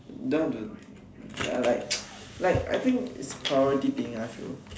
ya like like I think is priority thing I feel